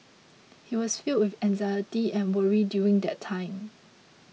he was filled with anxiety and worry during that time